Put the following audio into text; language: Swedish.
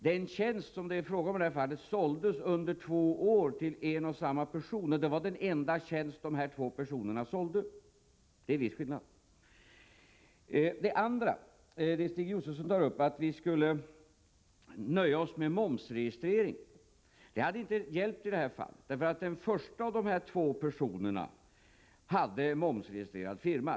Den tjänst som det är fråga om såldes under två år till en och samma person, och det var den enda tjänst som dessa två personer sålde. Det är en viss skillnad. Stig Josefson tog upp att vi skulle nöja oss med en momsregistrering. Men det hade inte hjälpt i detta fall. Den första av de två personerna hade en momsregistrerad firma.